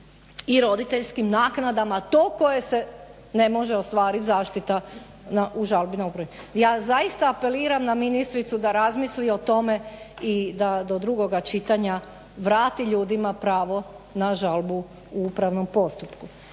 i roditeljskim naknadama to koje se ne može ostvariti zaštita u žalbi na …? Ja zaista apeliram na ministricu da razmisli o tome i da do drugoga čitanja vrati ljudima pravo na žalbu u upravnom postupku.